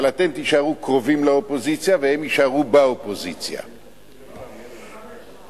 אבל אתם תישארו קרובים לאופוזיציה והם יישארו באופוזיציה.